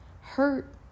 hurt